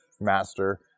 master